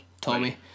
Tommy